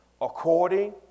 according